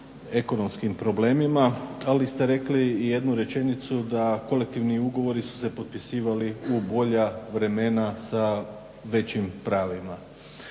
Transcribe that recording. ekonomskim problemima ali ste rekli i jednu rečenicu da kolektivni ugovori su se potpisivali u bolja vremena sa većim pravima.